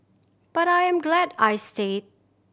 but I am glad I stayed